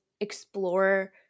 explore